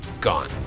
Gone